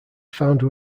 founder